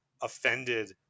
offended